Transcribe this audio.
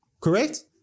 Correct